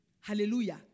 Hallelujah